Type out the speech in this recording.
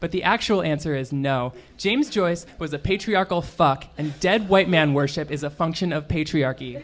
but the actual answer is no james joyce was a patriarchal fuck and dead white man worship is a function of patriarchy